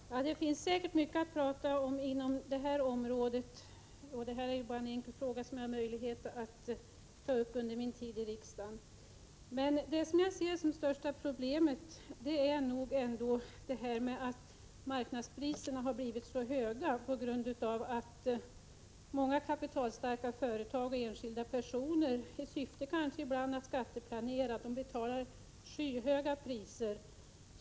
Herr talman! Det finns säkert mycket att tala om inom detta område. Det här är bara en enkel fråga, som jag har möjlighet att ta upp under min tid i riksdagen. Det största problemet är nog ändå detta att marknadspriserna har blivit så höga, på grund av att många kapitalstarka företag och enskilda personer, ibland i syfte att skatteplanera, betalar skyhöga priser.